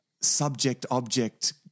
subject-object